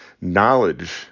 knowledge